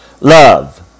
love